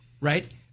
right